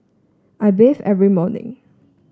I bathe every morning